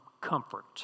comfort